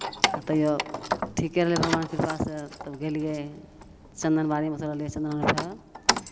आ तैओ ठीके रहलै भगवानके कृपासँ तब गेलियै चंदनबाड़ीमे उतरलियै चंदनबाड़ी से